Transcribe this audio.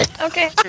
Okay